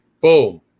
Boom